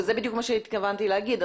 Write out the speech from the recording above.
וזה בדיוק מה שהתכוונתי להגיד,